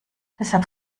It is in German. deshalb